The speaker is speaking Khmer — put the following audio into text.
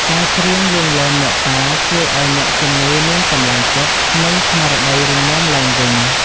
ការច្រៀងលួងលោមអ្នកតា ជួយឱ្យអ្នកជំងឺមានកម្លាំងចិត្ត និងស្មារតីរឹងមាំឡើងវិញ។